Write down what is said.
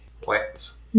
Plants